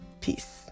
Peace